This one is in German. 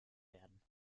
werden